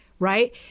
Right